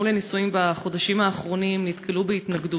לנישואים בחודשים האחרונים נתקלו בהתנגדות.